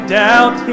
doubt